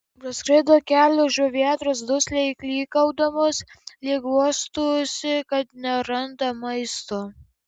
praskrido kelios žuvėdros dusliai klykaudamos lyg guostųsi kad neranda maisto